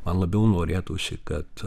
man labiau norėtųsi kad